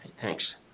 Thanks